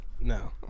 No